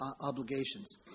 obligations